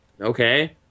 okay